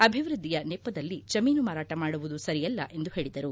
ಅಭಿವೃದ್ದಿಯ ನೆಪದಲ್ಲಿ ಜಮೀನು ಮಾರಾಟ ಮಾಡುವುದು ಸರಿಯಲ್ಲ ಎಂದು ಪೇಳಿದರು